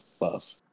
love